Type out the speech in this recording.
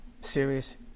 serious